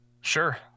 Sure